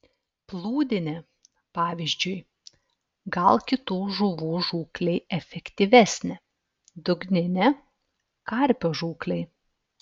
plūdinė pavyzdžiui gal kitų žuvų žūklei efektyvesnė dugninė karpio žūklei